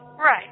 Right